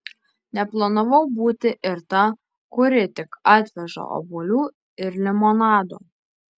neplanavau būti ir ta kuri tik atveža obuolių ir limonado